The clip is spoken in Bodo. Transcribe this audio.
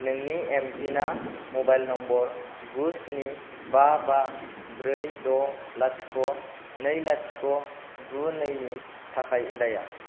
नोंनि एमपिनआ मबाइल नम्बर गु स्नि बा बा ब्रै द' लाथिख' नै लाथिख' गु नै नि थाखाय उदाया